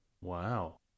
Wow